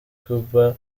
cuba